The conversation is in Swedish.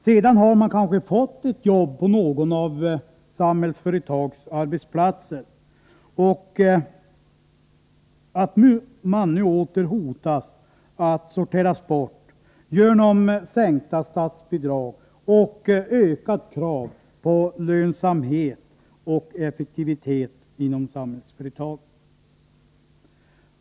Sedan har han kanske fått ett arbete på någon av Samhällsföretags arbetsplatser och hotas nu åter att sorteras bort genom sänkta statsbidrag och ökade krav på lönsamhet och effektivitet inom Samhällsföretag.